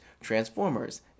Transformers